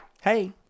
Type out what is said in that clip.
hey